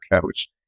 coach